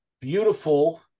beautiful